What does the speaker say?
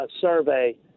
survey